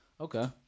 Okay